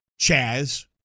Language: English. Chaz